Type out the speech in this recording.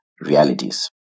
realities